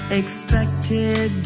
expected